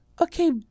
okay